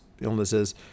illnesses